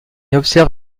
observe